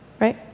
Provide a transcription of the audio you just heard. right